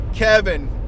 Kevin